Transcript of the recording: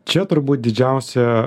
čia turbūt didžiausia